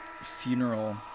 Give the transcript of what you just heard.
funeral